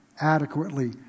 adequately